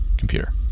Computer